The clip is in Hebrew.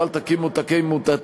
או אל תקימו תת-מותגים,